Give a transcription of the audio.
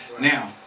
Now